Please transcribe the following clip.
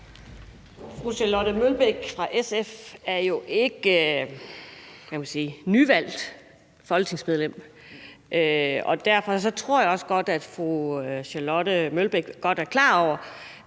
Fru Charlotte Broman Mølbæk fra SF er jo ikke nyvalgt folketingsmedlem, kan man sige. Derfor tror jeg også, at fru Charlotte Broman Mølbæk godt er klar over,